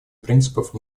принципов